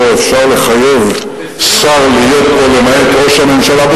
אפשר לחייב שר להיות פה למעט ראש הממשלה,